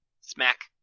Smack